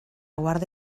guarda